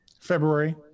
February